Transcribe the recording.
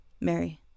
Mary